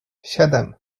siedem